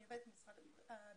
אני עובדת עם משרד הביטחון,